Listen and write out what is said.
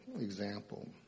example